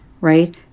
right